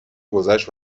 گذشت